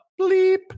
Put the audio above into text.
bleep